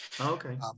Okay